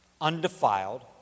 undefiled